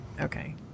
Okay